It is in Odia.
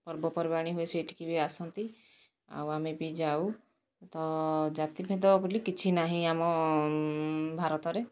ପର୍ବପର୍ବାଣି ହୁଏ ସେଇଠିକି ବି ଆସନ୍ତି ଆଉ ଆମେ ବି ଯାଉ ତ ଜାତି ଭେଦ ବୋଲି କିଛି ନାହିଁ ଆମ ଭାରତରେ